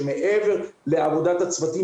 של מעבר לעבודת הצוותים,